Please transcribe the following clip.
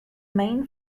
main